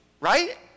right